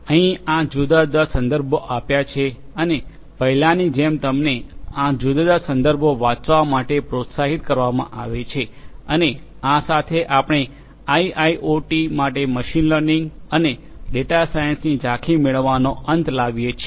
અહીં આ જુદા જુદા સંદર્ભો આપ્યા છે અને પહેલાંની જેમ તમને આ જુદા જુદા સંદર્ભો વાંચવા માટે પ્રોત્સાહિત કરવામાં આવે છે અને આ સાથે આપણે આઇઆઇઓટી માટે મશીન લર્નિંગ અને ડેટા સાયન્સની ઝાંખી મેળવાનો અંત લાવીએ છીએ